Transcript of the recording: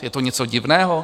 Je to něco divného?